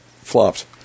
flopped